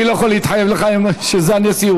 אני לא יכול להתחייב לך שזה הנשיאות.